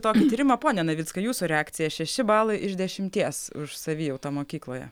tokį tyrimą pone navickai jūsų reakcija šeši balai iš dešimties už savijautą mokykloje